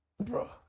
Bro